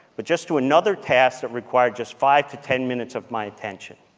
but just to another task that required just five to ten minutes of my attention.